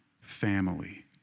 family